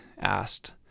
asked